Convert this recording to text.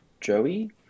Joey